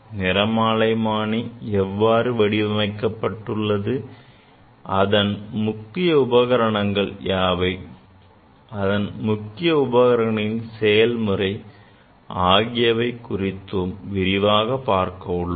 நிறமாலைமானி எவ்வாறு வடிவமைக்கப்பட்டுள்ளது அதன் முக்கிய உபகரணங்கள் யாவை அதன் முக்கிய உபகரணங்களின் செயல்முறை ஆகியவை குறித்தும் விரிவாக பார்க்க உள்ளோம்